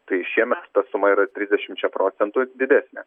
tai šiemet ta suma yra trisdešimčia procentų didesnė